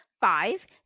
Five